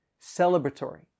Celebratory